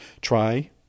try